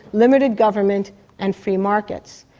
limited government and free markets.